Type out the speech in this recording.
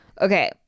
Okay